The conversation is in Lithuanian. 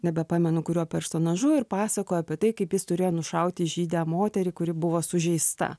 nebepamenu kurio personažu ir pasakoja apie tai kaip jis turėjo nušauti žydę moterį kuri buvo sužeista